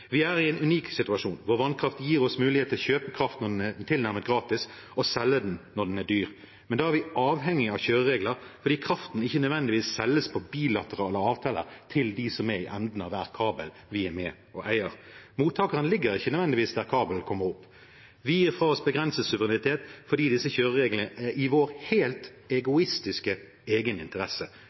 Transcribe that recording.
Vi er i en unik situasjon. Vår vannkraft gir oss mulighet til å kjøpe kraft når den er tilnærmet gratis, og selge den når den er dyr. Men da er vi avhengig av kjøreregler fordi kraften ikke nødvendigvis selges gjennom bilaterale avtaler til dem som er i enden av hver kabel vi er med og eier. Mottakerne ligger ikke nødvendigvis der kabelen kommer opp. Vi gir fra oss begrenset suverenitet fordi disse kjørereglene er i vår helt egoistiske